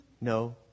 No